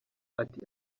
ati